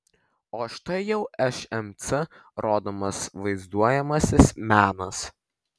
o štai jau šmc rodomas vaizduojamasis menas